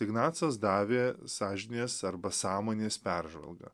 ignacas davė sąžinės arba sąmonės peržvalgą